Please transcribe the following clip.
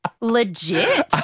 legit